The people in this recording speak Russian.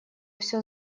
всё